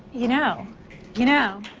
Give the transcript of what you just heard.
you know you know.